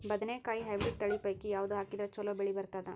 ಬದನೆಕಾಯಿ ಹೈಬ್ರಿಡ್ ತಳಿ ಪೈಕಿ ಯಾವದು ಹಾಕಿದರ ಚಲೋ ಬೆಳಿ ಬರತದ?